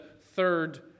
third